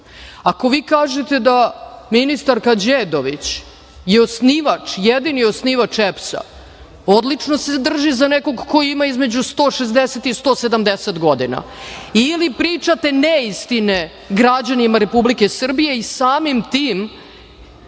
vi kažete da ministarka Đedović je osnivač jedini osnivač EPS-a odlično se drži za nekog ko ima između 160 i 170 godina ili pričate neistine građanima Republike Srbije i samim tim